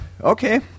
Okay